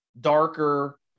darker